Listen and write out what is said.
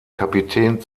kapitän